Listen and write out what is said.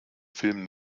film